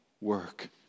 work